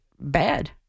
bad